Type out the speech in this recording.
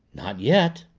not yet.